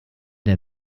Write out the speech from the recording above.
der